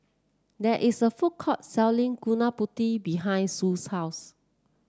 there is a food court selling Gudeg Putih behind Sue's house